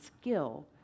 skill